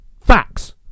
Facts